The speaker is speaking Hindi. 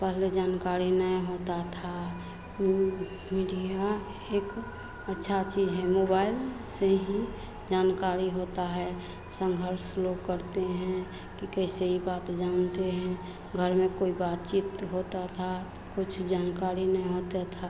पहले जानकाड़ी नै होता था मीडिया एक अच्छा चीज हैं मोबाईल से ही जानकाड़ी होता है संघर्ष लोग करते हैं की कैसे ई बात जानते हैं घर में कोई बात चित होता था कुछ जानकाड़ी नै होता था